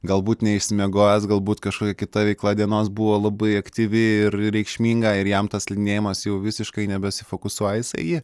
galbūt neišsimiegojęs galbūt kažkokia kita veikla dienos buvo labai aktyvi ir reikšminga ir jam tas slidinėjimas jau visiškai nebesifokusuoja jis į jį